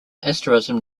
asterism